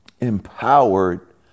empowered